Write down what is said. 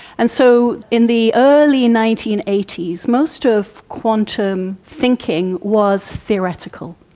and so in the early nineteen eighty s, most of quantum thinking was theoretical.